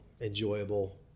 enjoyable